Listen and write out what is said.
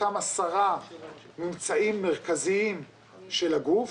אותם עשרה ממצאים מרכזיים של הגוף,